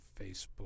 Facebook